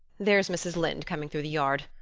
there's mrs. lynde coming through the yard.